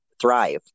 thrive